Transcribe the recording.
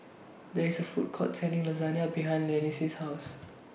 There IS A Food Court Selling Lasagna behind Lynsey's House